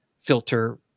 filter